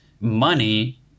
money